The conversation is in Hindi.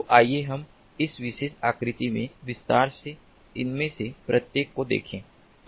तो आइए हम इस विशेष आकृति में विस्तार से इनमें से प्रत्येक को देखें